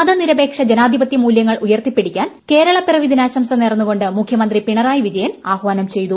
മതനിരപേക്ഷ ജനാധി പത്യ മൂല്യങ്ങൾ ഉയർത്തിപ്പിടിക്കാൻ കേരളപ്പിറവി ദിനാശംസ നേർന്നുകൊണ്ട് മുഖ്യമന്ത്രി പിണറായി വിജയൻ ആഹാനം ചെയ്തു